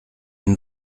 den